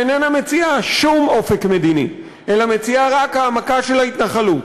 שאיננה מציעה שום אופק מדיני אלא מציעה רק העמקה של ההתנחלות,